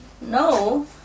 no